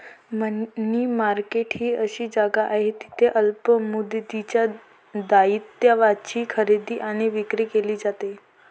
मनी market ही अशी जागा आहे जिथे अल्प मुदतीच्या दायित्वांची खरेदी आणि विक्री केली जाते